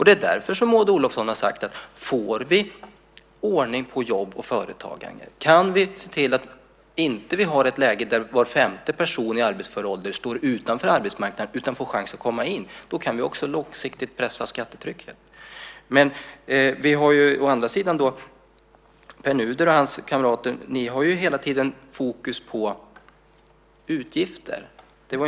Det är därför Maud Olofsson har sagt att om vi får ordning på jobb och företagande och om vi kan se till att vi inte har ett läge där var femte person i arbetsför ålder står utanför arbetsmarknaden utan också får chans att komma in, ja då kan vi också långsiktigt pressa skattetrycket. Men Pär Nuder och hans kamrater har ju hela tiden fokus på utgifter.